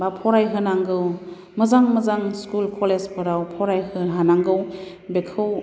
बा फरायहोनांगौ मोजां मोजां स्कुल कलेजफोराव फरायहोनो हानांगौ बेखौ